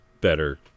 better